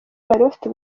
bafite